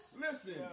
Listen